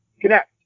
connect